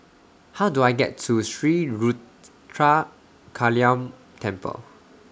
How Do I get to Sri Ruthra Kaliamman Temple